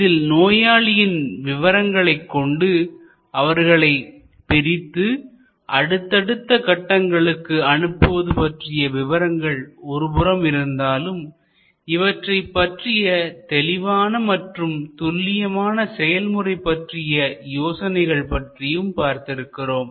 இதில் நோயாளியின் விவரங்கள் கொண்டு அவர்களை பிரித்து அடுத்தடுத்த கட்டங்களுக்கு அனுப்புவது பற்றிய விவரங்கள் ஒருபுறமிருந்தாலும் இவற்றைப் பற்றிய தெளிவான மற்றும் துல்லியமான செயல்முறை பற்றிய யோசனைகள் பற்றியும் பார்த்திருக்கிறோம்